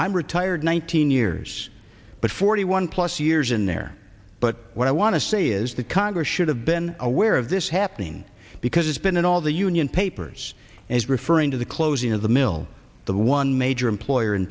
i'm retired one thousand years but forty one plus years in there but what i want to say is that congress should have been aware of this happening because it's been in all the union papers and is referring to the closing of the mill the one major employer in